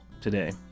today